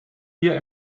hier